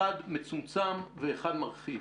אחד מצומצם ואחד מרחיב.